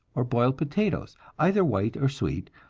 or boiled potatoes, either white or sweet,